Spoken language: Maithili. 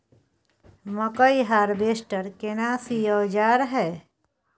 मकई हारवेस्टर केना सी औजार हय?